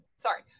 sorry